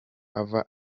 ava